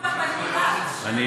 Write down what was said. איפה הם היו,